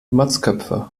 motzköpfe